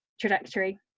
trajectory